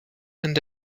and